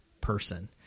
person